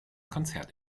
konzert